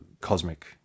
cosmic